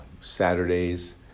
Saturdays